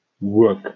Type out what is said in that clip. Work